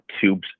tubes